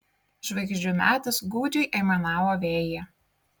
žvaigždžių medis gūdžiai aimanavo vėjyje